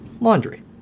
Laundry